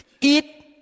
eat